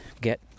get